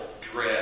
dread